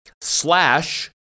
Slash